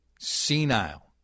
senile